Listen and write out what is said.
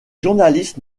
journalistes